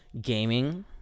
gaming